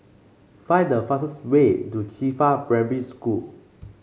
find the fastest way to Qifa Primary School